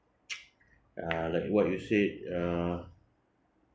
uh like what you said uh